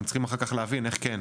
הם צריכים אחר כך להבין איך כן,